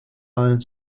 and